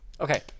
okay